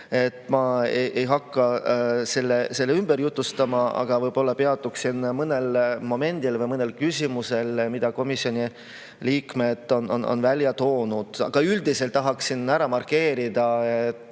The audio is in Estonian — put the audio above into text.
Ma ei hakka seda ümber jutustama, aga peatun mõnel momendil või mõnel küsimusel, mille komisjoni liikmed välja tõid. Üldiselt tahaksin ära markeerida, et